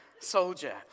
soldier